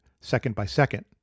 second-by-second